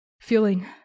Feeling